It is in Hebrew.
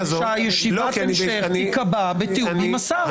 שישיבת ההמשך תיקבע בתיאום עם השר?